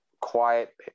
quiet